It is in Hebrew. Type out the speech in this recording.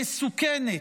מסוכנת,